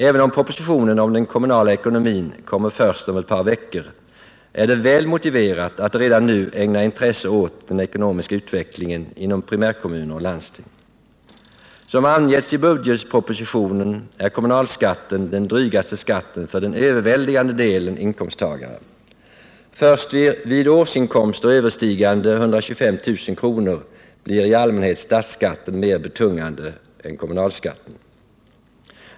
Även om propositionen om den kommunala ekonomin kommer först om ett par veckor är det väl motiverat att redan nu ägna intresse åt den ekonomiska utvecklingen inom primärkommuner och landsting. Som angetts i budgetpropositionen är kommunalskatten den drygaste skatten för den överväldigande delen inkomsttagare. Först vid årsinkomster överstigande 125 000 kr. blir i allmänhet statsskatten mer betungande än kommunalskatten.